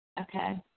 Okay